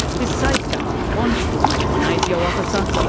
this safeguard won't apply to an asio officer,